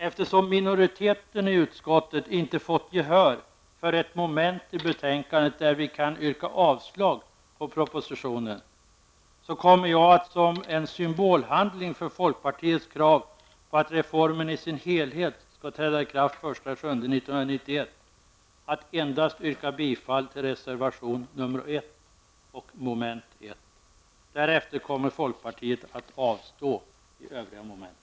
Eftersom minoriteten i utskottet inte fått gehör för ett moment i betänkandet där vi kan yrka avslag på propositionen kommer jag att, som en symbolhandling för folkpartiets krav på att reformen i sin helhet skall träda i kraft den 1 juli 1991, endast yrka bifall till reservation nr 1, mom. 1. Därefter kommer folkpartiet att avstå i övriga moment.